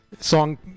song